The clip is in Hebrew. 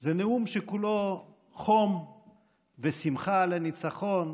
זה נאום שכולו חום ושמחה על הניצחון,